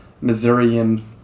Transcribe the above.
Missourian